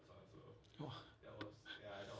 !wah!